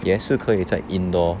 也是可以在 indoor